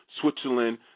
Switzerland